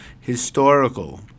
historical